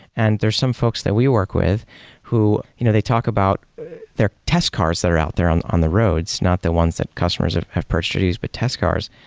and there's some folks that we work with who you know they talk about their test cars that are out there on on the roads, not the ones that customers have purchased or used, but test cars.